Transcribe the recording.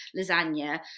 lasagna